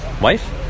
wife